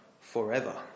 forever